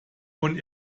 von